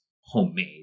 homemade